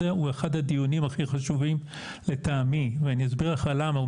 הוא אחד הדיונים הכי חשובים לטעמי ואני אסביר לך למה,